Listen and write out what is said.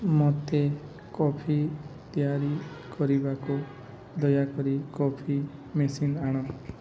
ମୋତେ କଫି ତିଆରି କରିବାକୁ ଦୟାକରି କଫି ମେସିନ୍ ଆଣ